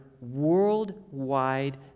worldwide